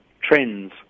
trends